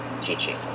teaching